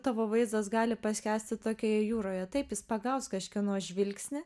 tavo vaizdas gali paskęsti tokioje jūroje taip jis pagaus kažkieno žvilgsnį